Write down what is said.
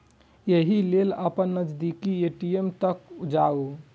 एहि लेल अपन नजदीकी ए.टी.एम तक जाउ